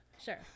sure